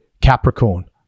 Capricorn